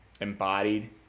embodied